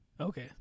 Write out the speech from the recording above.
Okay